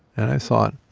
and i thought,